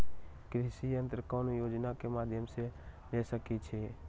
कृषि यंत्र कौन योजना के माध्यम से ले सकैछिए?